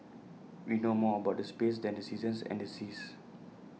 we know more about the space than the seasons and the seas